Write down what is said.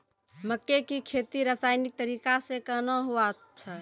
मक्के की खेती रसायनिक तरीका से कहना हुआ छ?